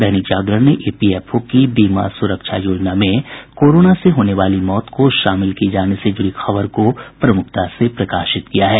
दैनिक जागरण ने ईपीएफओ की बीमा सुरक्षा योजना में कोरोना से होने वाली मौत को शामिल किये जाने से जुड़ी खबर को प्रमुखता से प्रकाशित किया है